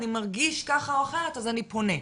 אני מרגיש ככה או אחרת אז אני פונה.